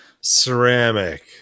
Ceramic